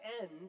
end